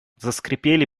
заскрипели